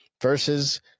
versus